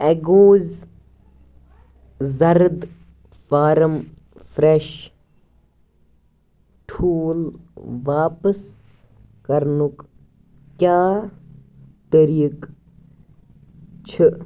اٮ۪گوز زرٕد form fresh ٹھوٗل واپس کرنُک کیٛاہ طریٖق چھِ